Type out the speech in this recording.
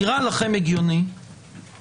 האם נראה לכם הגיוני לקטין,